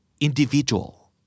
individual